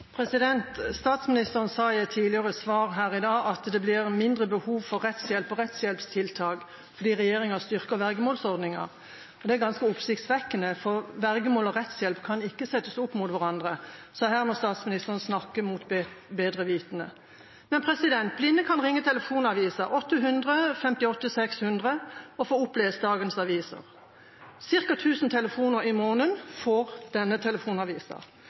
Statsministeren sa i et tidligere svar her i dag at det blir mindre behov for rettshjelp og rettshjelpstiltak fordi regjeringa har styrket vergemålsordningen. Det er ganske oppsiktsvekkende, for vergemål og rettshjelp kan ikke settes opp mot hverandre. Her må statsministeren snakke mot bedre vitende. Blinde kan ringe Telefonavisen, 800 58 600, og få opplest dagens aviser. Cirka 1 000 telefoner i måneden får denne